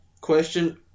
Question